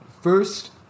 first